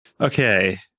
Okay